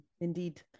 Indeed